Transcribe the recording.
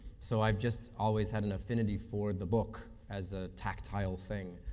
so, i just always had an affinity for the book as a tactile thing.